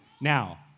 Now